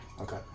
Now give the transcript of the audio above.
Okay